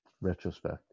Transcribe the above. retrospect